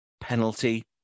penalty